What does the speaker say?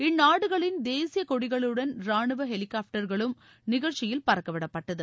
இந்நாடுகளின் தேசிய கொடிகளுடன் ரானுவ ஹெலிகாப்டர்களும் நிகழ்ச்சியில் பறக்கவிடப்பட்டது